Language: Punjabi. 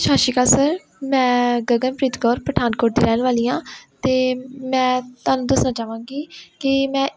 ਸਤਿ ਸ਼੍ਰੀ ਅਕਾਲ ਸਰ ਮੈਂ ਗਗਨਪ੍ਰੀਤ ਕੌਰ ਪਠਾਨਕੋਟ ਦੀ ਰਹਿਣ ਵਾਲੀ ਹਾਂ ਅਤੇ ਮੈਂ ਤੁਹਾਨੂੰ ਦੱਸਣਾ ਚਾਹਾਂਗੀ ਕਿ ਮੈਂ